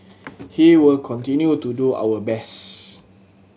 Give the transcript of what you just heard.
he will continue to do our best